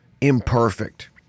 imperfect